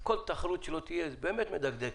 תחרות שלא תהיה, באמת מדגדגת.